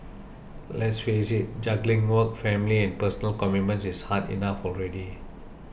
let's face it juggling work family and personal commitments is hard enough already